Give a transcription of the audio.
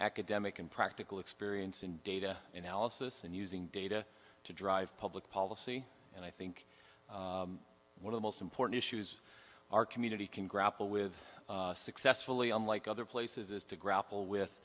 academic and practical experience in data analysis and using data to drive public policy and i think one of the most important issues our community can grapple with successfully unlike other places is to